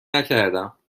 نکردم